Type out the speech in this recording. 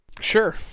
Sure